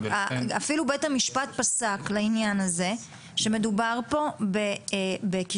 אפילו בית המשפט פסק לעניין הזה שמדובר פה בכישורים.